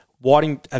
whiting